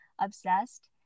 obsessed